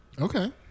Okay